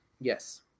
Yes